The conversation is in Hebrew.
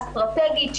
אסטרטגית,